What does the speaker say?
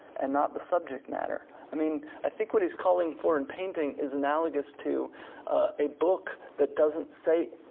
and not the subject matter. i mean, i think what he's calling for in painting is analogous to a book that doesn't say,